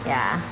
ya